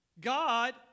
God